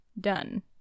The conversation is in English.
done